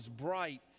bright